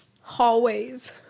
hallways